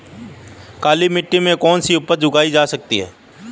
काली मिट्टी में कौनसी फसल उगाई जा सकती है?